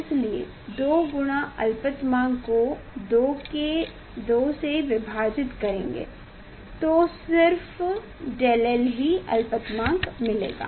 इसलिए 2 गुना अलपतमांक को 2 से विभाजित करेंगे तो सिर्फ 𝝳l ही अलपतमांक मिलेगा